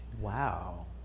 wow